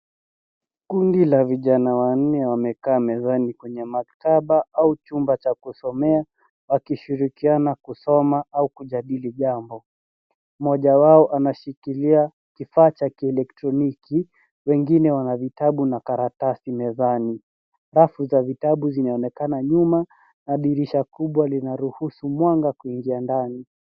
Kundi la vijana wanne wamekaa mezani kwenye maktaba au chumba cha kusomea, wakishirikiana kusoma au kujadili jambo. Mmoja wao anashikilia kifaa cha kieletroniki, wengine wana vitabu na karatasi mezani. Pasi za vitabu zinaonekana nyuma na dirisha kubwa linaruhusu mwanga kuingia ndani.